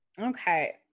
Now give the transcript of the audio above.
Okay